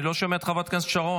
אני לא שומע את חברת הכנסת שרון.